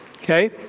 Okay